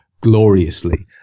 gloriously